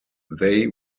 they